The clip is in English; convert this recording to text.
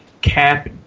cap